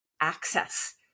access